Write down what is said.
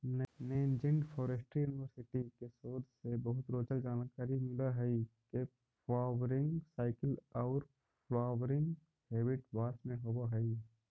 Nanjing forestry university के शोध से बहुत रोचक जानकारी मिल हई के फ्वावरिंग साइकिल औउर फ्लावरिंग हेबिट बास में होव हई